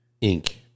Ink